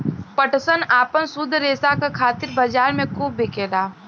पटसन आपन शुद्ध रेसा क खातिर बजार में खूब बिकेला